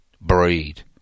breed